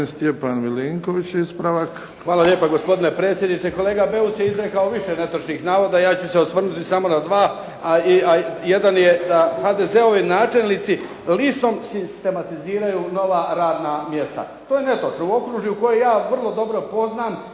Hvala lijepa gospodine predsjedniče. Kolega Beus je izrekao više netočnih navoda, ja ću se osvrnuti samo na dva. Jedan je da HDZ-ovi načelnici listom sistematiziraju nova radna mjesta. To je netočno. U okružju koje ja vrlo dobro poznam